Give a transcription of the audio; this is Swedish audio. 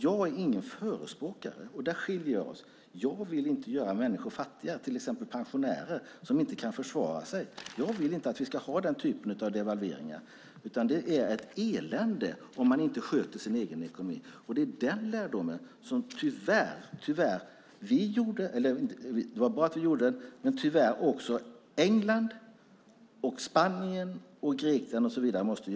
Jag vill inte göra människor fattigare, till exempel pensionärer som inte kan försvara sig. Där skiljer vi oss åt. Jag vill inte att vi ska ha den typen av devalveringar. Det är ett elände om man inte sköter sin egen ekonomi. Den lärdomen drog vi, och tyvärr måste också England, Spanien och Grekland dra den.